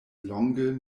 longe